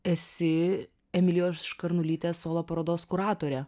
esi emilijos škarnulytės solo parodos kuratorė